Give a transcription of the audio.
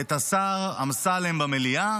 את השר אמסלם במליאה